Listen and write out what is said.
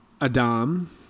Adam